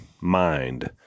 mind